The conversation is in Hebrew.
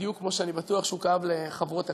בדיוק כמו שאני בטוח שהוא כאב לחברות הכנסת.